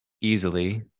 easily